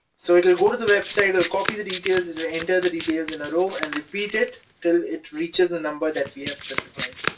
so it'll go to the website, it'll copy the details, it'll ah enter the details in a row and repeat it til it reaches a number that we have specified.